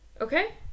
Okay